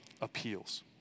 appeals